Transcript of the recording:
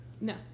No